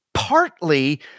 partly